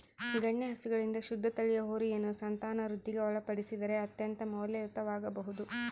ಗಣ್ಯ ಹಸುಗಳಿಂದ ಶುದ್ಧ ತಳಿಯ ಹೋರಿಯನ್ನು ಸಂತಾನವೃದ್ಧಿಗೆ ಒಳಪಡಿಸಿದರೆ ಅತ್ಯಂತ ಮೌಲ್ಯಯುತವಾಗಬೊದು